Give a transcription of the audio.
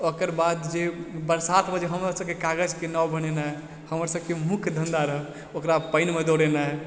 ओकरबाद जे बरसातमऽ हमरसभकऽ कागजके नाव बनेनाइ हमरसभकऽ मुख्य धन्धा रहय ओकरा पानिमऽ दौड़नाइ